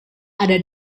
ada